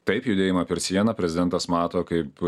taip judėjimą per sieną prezidentas mato kaip